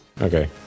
Okay